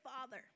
father